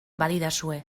badidazue